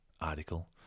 article